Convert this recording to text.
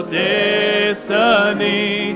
destiny